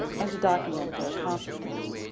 and to document their accomplishments.